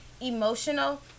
emotional